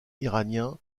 iranien